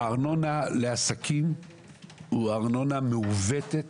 הארנונה לעסקים היא ארנונה מעוותת,